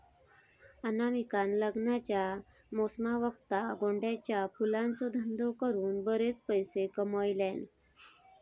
अनामिकान लग्नाच्या मोसमावक्ता गोंड्याच्या फुलांचो धंदो करून बरे पैशे कमयल्यान